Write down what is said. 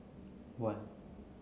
one